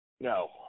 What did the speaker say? No